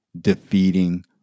defeating